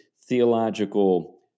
theological